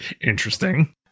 interesting